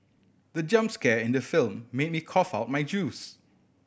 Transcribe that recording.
the jump scare in the film made me cough out my juice